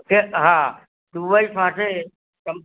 કે હા દુબઈ સાથે તમ